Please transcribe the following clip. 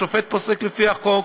השופט פוסק לפי החוק,